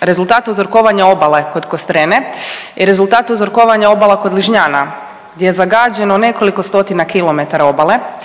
rezultate uzurkovanja obale kod Kostrene i rezultate uzurkovanja obala kod Ližnjana gdje je zagađeno nekoliko stotina kilometara obale,